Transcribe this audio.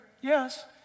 yes